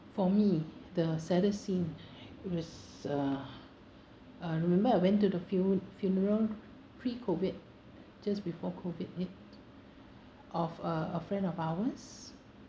for me the saddest scene was uh uh remember I went to the fu~ funeral pre COVID just before COVID hit of a a friend of ours